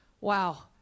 Wow